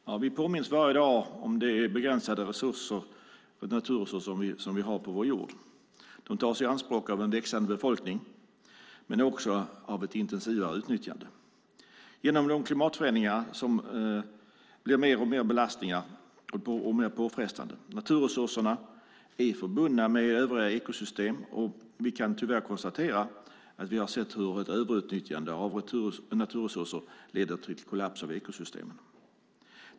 Herr talman! Vi påminns varje dag om de begränsade naturresurser som finns på vår jord. De tas i anspråk av en växande befolkning men också av ett intensivare utnyttjande. Genom klimatförändringarna blir belastningarna ännu mer påfrestande. Naturresurserna är förbundna med övriga ekosystem, och vi kan tyvärr konstatera att vi har sett hur ett överutnyttjande av naturresurser leder till kollaps av ekosystem.